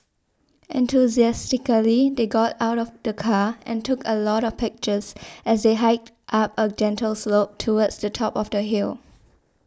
enthusiastically they got out of the car and took a lot of pictures as they hiked up a gentle slope towards the top of the hill